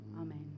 Amen